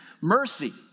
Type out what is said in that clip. mercy